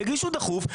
תגישו דחוף.